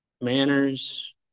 manners